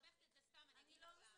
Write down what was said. מסבכת את סתם, אני אגיד לך למה.